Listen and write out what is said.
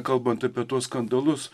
kalbant apie tuos skandalus